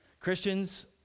Christians